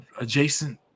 adjacent